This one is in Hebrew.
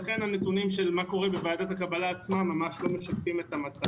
לכן הנתונים של מה קורה בוועדת הקבלה עצמה ממש לא משקפים את המצב.